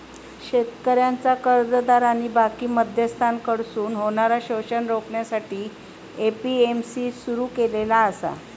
शेतकऱ्यांचा कर्जदार आणि बाकी मध्यस्थांकडसून होणारा शोषण रोखण्यासाठी ए.पी.एम.सी सुरू केलेला आसा